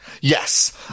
Yes